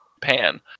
pan